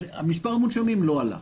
מספר המונשמים לא עלה.